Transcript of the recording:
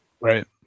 Right